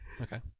okay